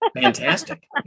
Fantastic